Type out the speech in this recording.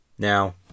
Now